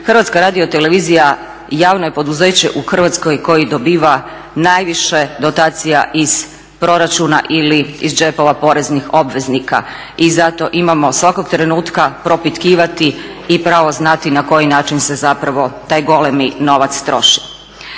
Hrvatska radiotelevizija javno je poduzeće u Hrvatskoj koje dobiva najviše dotacija iz proračuna ili iz džepova poreznih obveznika. I zato imamo svakog trenutka propitkivati i pravo znati na koji način se zapravo taj golemi novac troši.